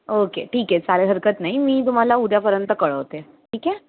okay ठीक आहे चालेल हरकत नाही मी तुम्हाला उद्यापर्यंत कळवते ठीक आहे